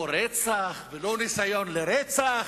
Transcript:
לא רצח, ולא ניסיון לרצח,